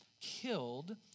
killed